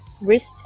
wrist